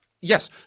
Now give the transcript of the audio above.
yes